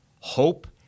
Hope